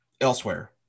elsewhere